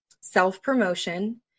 self-promotion